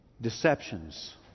deceptions